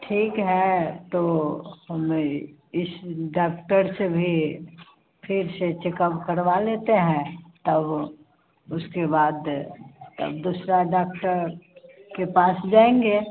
ठीक है तो हमें इस डाक्टर से भी फ़िर से चेकअप करवा लेते हैं तब उसके बाद तब दुसरा डाक्टर के पास जाएँगे